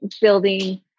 building